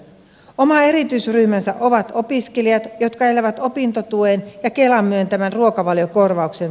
oma erityisryhmänsä ovat opiskelijat jotka elävät opintotuen ja kelan myöntämän ruokavaliokorvauksen